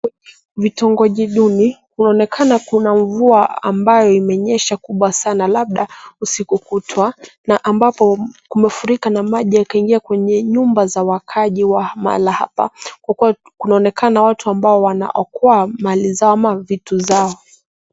Kwenye vitongoji duni, inaonekana kuna mvua ambayo imenyesha kubwa sana labda usiku kutwa na ambapo kumefurikwa na maji yakaingia kwenye nyumba za wakaji wa mahala hapa. Kunaonekana watu ambao wanaokoa mali zao ama vitu zao.